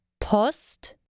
Post